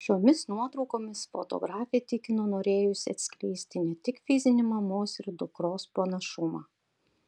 šiomis nuotraukomis fotografė tikino norėjusi atskleisti ne tik fizinį mamos ir dukros panašumą